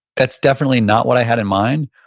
that's definitely not what i had in mind.